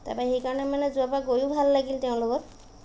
তাৰপৰা সেইকাৰণে মানে যোৱাবাৰ গৈয়ো ভাল লাগিল তেওঁৰ লগত